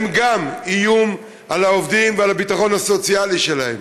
הם גם איום על העובדים ועל הביטחון הסוציאלי שלהם.